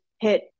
hit